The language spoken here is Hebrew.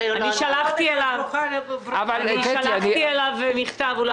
שלחתי אליו מכתב והוא לא ענה.